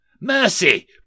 Mercy